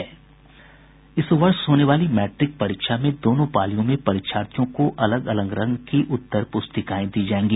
इस वर्ष होने वाली मैट्रिक परीक्षा में दोनों पालियों में परीक्षार्थियों को अलग अलग रंग की उत्तर प्रस्तिकाएं दी जायेंगी